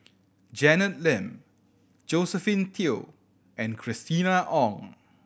Janet Lim Josephine Teo and Christina Ong